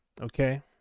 okay